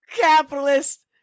capitalist